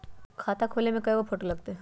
खाता खोले में कइगो फ़ोटो लगतै?